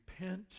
repent